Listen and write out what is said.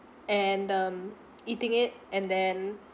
and um eating it and then